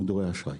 במדורי אשראי.